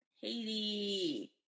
Haiti